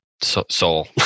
soul